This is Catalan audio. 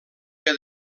que